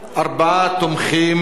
ארבעה תומכים,